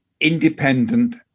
independent